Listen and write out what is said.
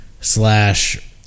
slash